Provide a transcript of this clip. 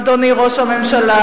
אדוני ראש הממשלה,